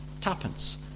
tuppence